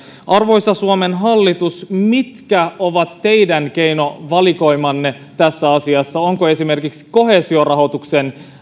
arvoisa suomen hallitus mitkä ovat teidän keinovalikoimanne tässä asiassa onko esimerkiksi koheesiorahoituksen